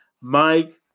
Mike